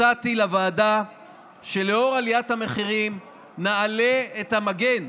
הצעתי לוועדה שלאור עליית המחירים נעלה את המגן,